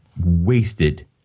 wasted